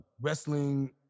wrestling